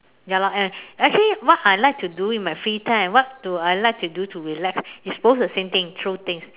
ya lor and actually what I like to do in my free time and what do I like to do to relax is both the same thing throw things